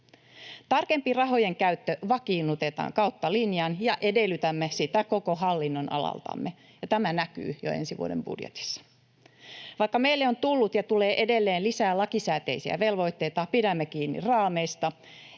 Tarkempi rahojen käyttö vakiinnutetaan kautta linjan, ja edellytämme sitä koko hallinnonalaltamme. Tämä näkyy jo ensi vuoden budjetissa. Vaikka meille on tullut ja tulee edelleen lisää lakisääteisiä velvoitteita, pidämme kiinni raameista.